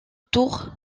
tour